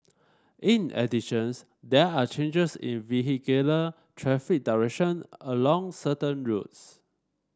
in additions there are changes in vehicular traffic direction along certain roads